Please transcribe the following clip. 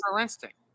instinct